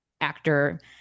actor